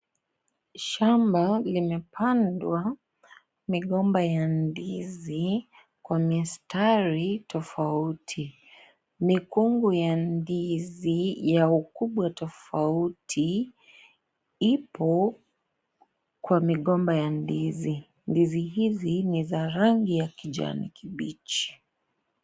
Shamba limepandwa migomba ya ndizi kwa misitari tofauti ,mikunga ya ndizi ya ukubwa tofauti ipo kwa migomba ya ndizi ,ndizi ni za rangi ya kijani kibichi.